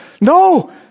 No